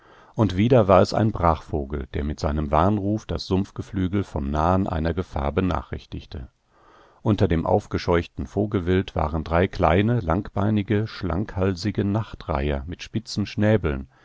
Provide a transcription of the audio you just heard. und wieder war es ein brachvogel der mit seinem warnruf das sumpfgeflügel vom nahen einer gefahr benachrichtigte unter dem aufgescheuchten vogelwild waren drei kleine langbeinige schlankhalsige nachtreiher mit spitzen schnäbeln